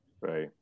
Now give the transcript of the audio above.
Right